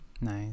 Nice